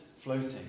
floating